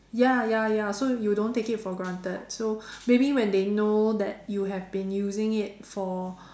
ya ya ya so you don't take it for granted so maybe when they know that you have been using it for